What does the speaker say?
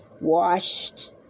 washed